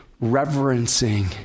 reverencing